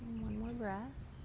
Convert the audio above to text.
one more breath.